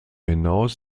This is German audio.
hinaus